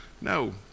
no